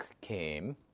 came